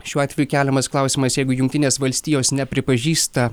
šiuo atveju keliamas klausimas jeigu jungtinės valstijos nepripažįsta